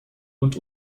und